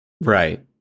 Right